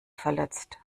verletzt